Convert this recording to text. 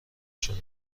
شدم